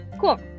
cool